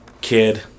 kid